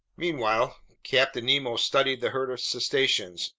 meanwhile captain nemo studied the herd of cetaceans,